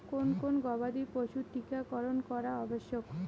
কোন কোন গবাদি পশুর টীকা করন করা আবশ্যক?